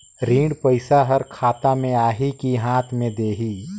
ऋण पइसा हर खाता मे आही की हाथ मे देही?